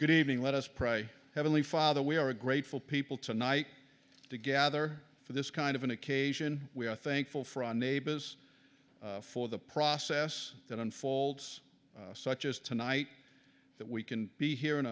good evening let us pray heavenly father we are grateful people tonight to gather for this kind of an occasion we are thankful for our neighbors for the process that unfolds such as tonight that we can be he